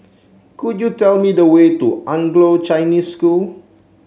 could you tell me the way to Anglo Chinese School